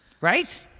Right